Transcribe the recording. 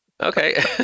okay